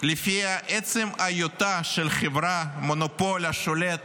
שלפיה עצם היותה של חברה מונופול השולט